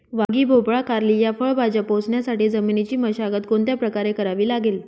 वांगी, भोपळा, कारली या फळभाज्या पोसण्यासाठी जमिनीची मशागत कोणत्या प्रकारे करावी लागेल?